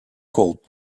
called